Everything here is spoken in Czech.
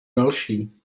další